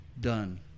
done